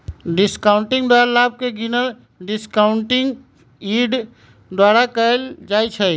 discounting द्वारा लाभ के गिनल डिस्काउंटिंग यील्ड द्वारा कएल जाइ छइ